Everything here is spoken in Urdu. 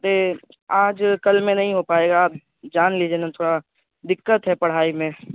ارے آج کل میں نہیں ہو پائے گا آپ جان لیجیے نا تھوڑا دقت ہے پڑھائی میں